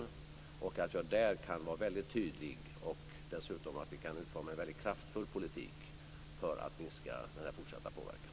Och jag hoppas att jag där kan vara väldigt tydlig och att vi dessutom kan utforma en väldigt kraftfull politik för att minska denna fortsatta påverkan.